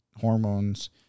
hormones